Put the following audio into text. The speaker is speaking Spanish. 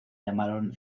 llamaron